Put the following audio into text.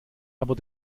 aber